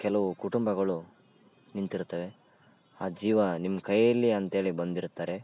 ಕೆಲವು ಕುಟುಂಬಗಳು ನಿಂತಿರ್ತವೆ ಆ ಜೀವ ನಿಮ್ಮ ಕೈಯಲ್ಲಿ ಅಂತೇಳಿ ಬಂದಿರ್ತಾರೆ